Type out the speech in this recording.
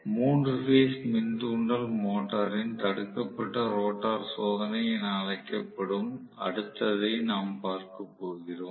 3 phase மின் தூண்டல் மோட்டரின் தடுக்கப்பட்ட ரோட்டார் சோதனை என அழைக்கப்படும் அடுத்ததை நாம் பார்க்க போகிறோம்